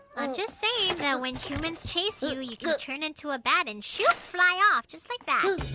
i'm just saying that when humans chase you, you can turn into a bat and shoot fly off, just like that!